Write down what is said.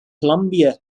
columbia